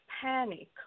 panic